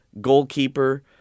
goalkeeper